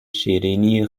شیرینی